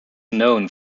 known